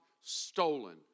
stolen